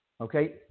Okay